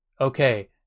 okay